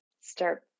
start